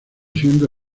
siendo